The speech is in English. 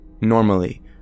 Normally